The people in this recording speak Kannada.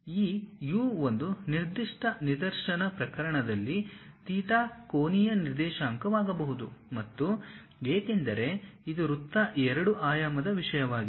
ಈ U ಒಂದು ನಿರ್ದಿಷ್ಟ ನಿದರ್ಶನ ಪ್ರಕರಣದಲ್ಲಿ ಥೀಟಾ ಕೋನೀಯ ನಿರ್ದೇಶಾಂಕವಾಗಬಹುದು ಮತ್ತು ಏಕೆಂದರೆ ಇದು ವೃತ್ತ 2 ಆಯಾಮದ ವಿಷಯವಾಗಿದೆ